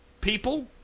people